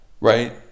right